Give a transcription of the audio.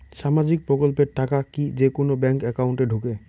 সামাজিক প্রকল্পের টাকা কি যে কুনো ব্যাংক একাউন্টে ঢুকে?